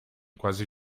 quasi